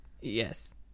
Yes